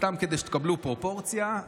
סתם כדי שתקבלו פרופורציה,